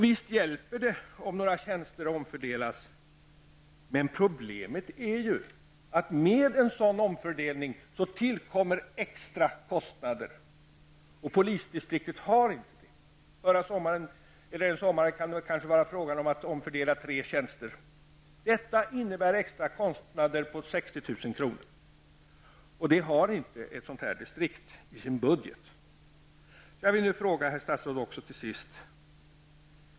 Visst hjälper det om några tjänster omfördelas, men problemet är ju att med en sådan omfördelning tillkommer extra kostnader, och polisdistriktet har inte möjlighet att betala för sådana. En sommar kan det kanske vara frågan om att omfördela tre tjänster. Detta innebär extra kostnader på 60 000 kr. Det har inte ett sådant distrikt i sin budget.